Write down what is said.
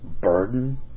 burden